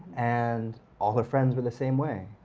and all her friends were the same way.